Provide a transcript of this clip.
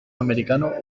americanos